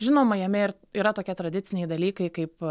žinoma jame ir yra tokie tradiciniai dalykai kaip